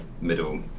middle